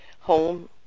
home